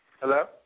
Hello